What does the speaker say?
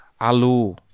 alu